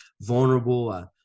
vulnerable